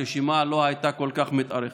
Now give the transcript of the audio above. הרשימה לא הייתה כל כך מתארכת.